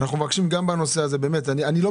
אנחנו מבקשים גם בנושא הזה,